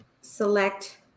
select